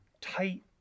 tight